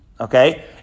Okay